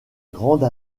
grande